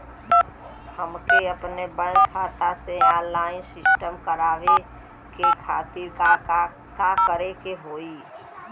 हमके अपने बैंक खाता के ऑनलाइन सिस्टम करवावे के खातिर का करे के होई?